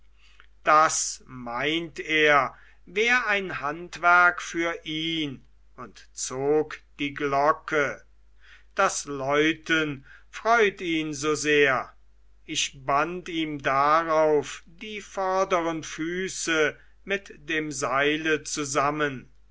das meint er wär ein handwerk für ihn und zog die glocke das läuten freut ihn so sehr ich band ihm darauf die vorderen füße mit dem seile zusammen